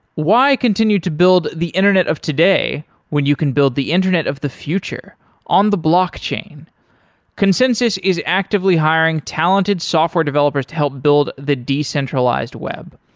why continue to build the internet of today when you can build the internet of the future on the blockchain? consensys is actively hiring talented software developers to help build the decentralized web.